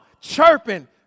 chirping